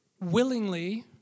willingly